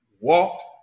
walked